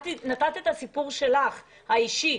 את נתת את הסיפור האישי שלך.